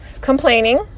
complaining